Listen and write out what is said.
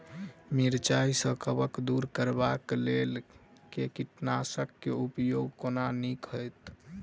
मिरचाई सँ कवक दूर करबाक लेल केँ कीटनासक केँ उपयोग केनाइ नीक होइत?